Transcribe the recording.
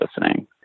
listening